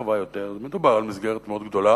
הרחבה הזאת, ומדובר על מסגרת מאוד גדולה,